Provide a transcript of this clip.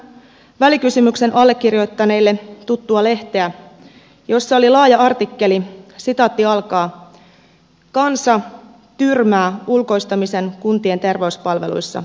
luin tänään välikysymyksen allekirjoittaneille tuttua lehteä jossa oli laaja artikkeli kansa tyrmää ulkoistamisen kuntien terveyspalveluissa